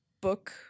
book